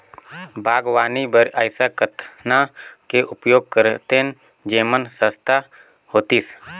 बागवानी बर ऐसा कतना के उपयोग करतेन जेमन सस्ता होतीस?